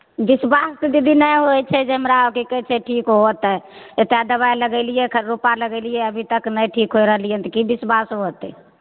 विश्वास तऽ दीदी नहि होई छै जे हमरा की कहै छै ठीक होतै एकटा दबाई लगैलियै खर रूपा लगैलियै अभी तक नहि ठीक होई रहलियै हन तऽ की विश्वास होतै